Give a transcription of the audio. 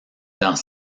dans